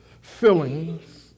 feelings